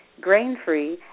grain-free